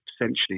essentially